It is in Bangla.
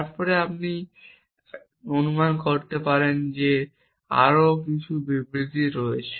তারপরে আপনি অনুমান করতে পারেন যে আরও কিছু বিবৃতি আছে